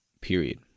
period